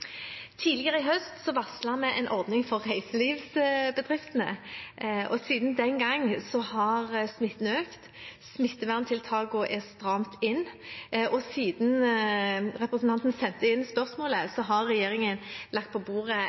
Tidligere i høst varslet vi en ordning for reiselivsbedrifter. Siden den gang har smitten økt, og smitteverntiltakene er strammet inn. Siden representanten sendte inn spørsmålet har regjeringen lagt på bordet